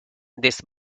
this